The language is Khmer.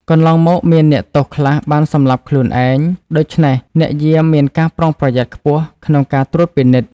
កន្លងមកមានអ្នកទោសខ្លះបានសម្លាប់ខ្លួនឯង ដូច្នេះអ្នកយាមមានការប្រុងប្រយ័ត្នខ្ពស់ក្នុងការត្រួតពិនិត្យ។